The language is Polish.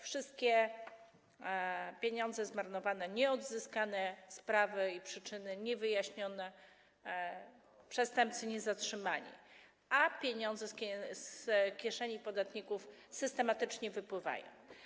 Wszystkie pieniądze zmarnowane, nieodzyskane, sprawy i przyczyny niewyjaśnione, przestępcy niezatrzymani, a pieniądze z kieszeni podatników systematycznie wypływają.